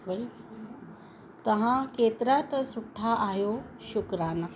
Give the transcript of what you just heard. तव्हां केतिरा त सुठा आहियो शुक्राना